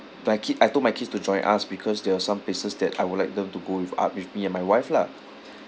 my kid I told my kids to join us because there were some places that I would like them to go with uh with me and my wife lah